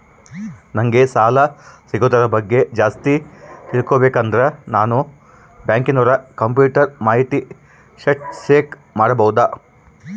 ನಂಗೆ ಸಾಲ ಸಿಗೋದರ ಬಗ್ಗೆ ಜಾಸ್ತಿ ತಿಳಕೋಬೇಕಂದ್ರ ನಾನು ಬ್ಯಾಂಕಿನೋರ ಕಂಪ್ಯೂಟರ್ ಮಾಹಿತಿ ಶೇಟ್ ಚೆಕ್ ಮಾಡಬಹುದಾ?